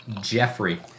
Jeffrey